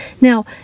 Now